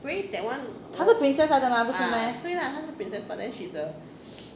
她是 princess like 的 mah 不是 meh